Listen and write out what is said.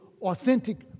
authentic